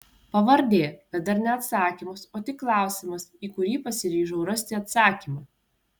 pavardė bet dar ne atsakymas o tik klausimas į kurį pasiryžau rasti atsakymą